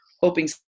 hoping